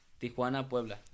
Tijuana-Puebla